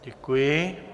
Děkuji.